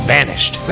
Vanished